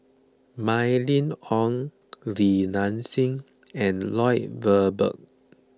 Mylene Ong Li Nanxing and Lloyd Valberg